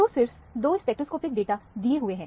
तो सिर्फ दो स्पेक्ट्रोस्कोपिक डाटा दिए हुए हैं